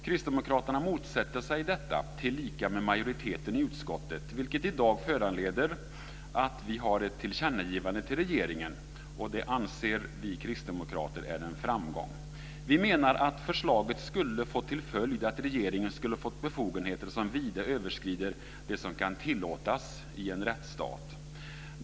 Kristdemokraterna motsätter sig detta, tillika med majoriteten i utskottet, vilket i dag föranleder oss att ha ett tillkännagivande till regeringen. Det anser vi kristdemokrater vara en framgång. Vi menar att förslaget hade fått till följd att regeringen fått befogenheter som vida överskrider vad som kan tillåtas i en rättsstat.